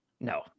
No